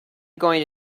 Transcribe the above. going